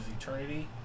Eternity